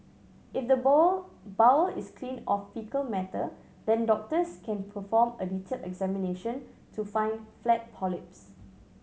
if the bowl bowel is clean of faecal matter then doctors can perform a detailed examination to find flat polyps